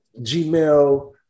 Gmail